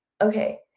okay